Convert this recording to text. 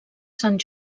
sant